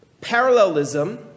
parallelism